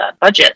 budget